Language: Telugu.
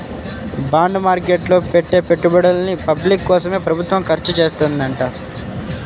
బాండ్ మార్కెట్ లో పెట్టే పెట్టుబడుల్ని పబ్లిక్ కోసమే ప్రభుత్వం ఖర్చుచేత్తదంట